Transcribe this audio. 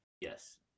Yes